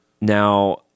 now